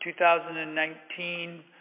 2019